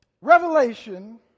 Revelation